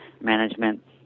management